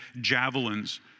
javelins